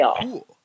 cool